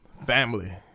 family